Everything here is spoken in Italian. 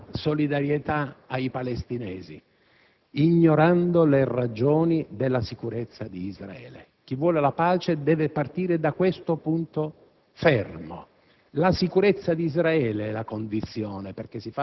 con un atteggiamento di pura solidarietà ai palestinesi, ignorando le ragioni della sicurezza di Israele. Chi vuole la pace deve partire da questo punto fermo;